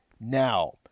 now